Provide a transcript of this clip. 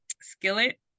skillet